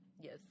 Yes